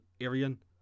Arian